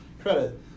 credit